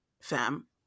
fam